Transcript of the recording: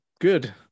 good